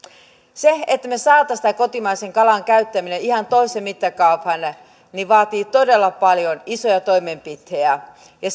se että me saisimme tämän kotimaisen kalan käyttämisen ihan toiseen mittakaavaan vaatii todella paljon isoja toimenpiteitä ja ja